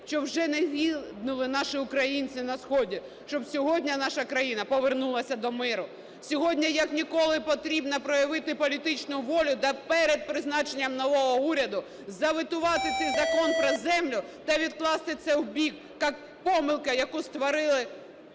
щоб уже не гинули наші українці на сході, щоб сьогодні наша країна повернулася до миру. Сьогодні як ніколи потрібно проявити політичну волю та перед призначенням нового уряду заветувати цей Закон про землю та відкласти це вбік, як помилка, яку створили